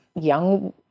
young